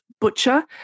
Butcher